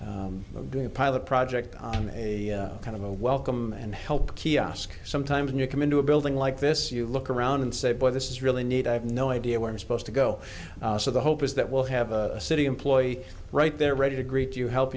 doing a pilot project on a kind of a welcome and help kiosk sometimes and you come into a building like this you look around and say boy this is really neat i have no idea where i'm supposed to go so the hope is that we'll have a city employee right there ready to greet you help